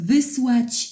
Wysłać